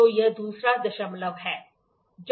तो यह दूसरा दशमलव है